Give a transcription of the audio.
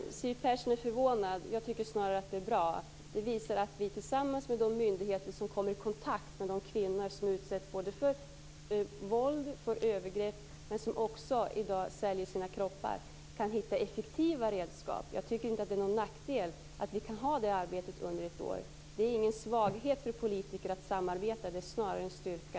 Herr talman! Siw Persson är förvånad. Jag tycker snarare att det är bra. Det visar att vi tillsammans med de myndigheter som kommer i kontakt både med de kvinnor som utsätts för våld och övergrepp och med dem som säljer sina kroppar kan hitta effektiva redskap. Jag tycker inte att det är någon nackdel att vi kan bedriva det arbetet under ett år. Det är ingen svaghet för politiker att samarbeta; det är snarare en styrka.